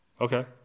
okay